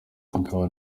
ikawa